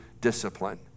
discipline